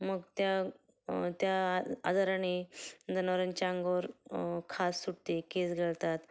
मग त्या त्या आ आजाराने जनावरांच्या अंगावर खास सुटते केस गळतात